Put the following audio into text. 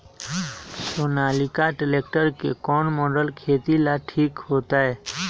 Sonalika tractor के कौन model खेती ला ठीक होतै?